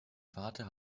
vater